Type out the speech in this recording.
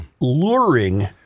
Luring